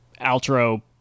outro